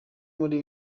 muri